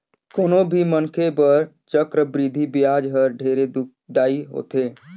कोनो भी मनखे बर चक्रबृद्धि बियाज हर ढेरे दुखदाई होथे